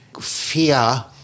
fear